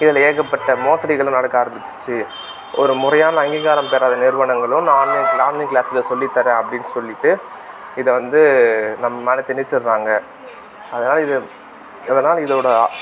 இதில் ஏகப்பட்ட மோசடிகளும் நடக்க ஆரம்பிச்சுச்சு ஒரு முறையான அங்கீகாரம் பெறாத நிறுவனங்களும் நான் ஆன்லைன் ஆன்லைன் க்ளாஸில் சொல்லித் தர்றேன்னு அப்படின்னு சொல்லிவிட்டு இதை வந்து நம்ம மேலே திணிச்சிடுறாங்க அதனால் இது அதனால் இதோடய